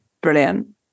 brilliant